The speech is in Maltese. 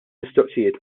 mistoqsijiet